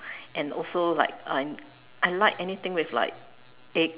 and also like and I like anything with like egg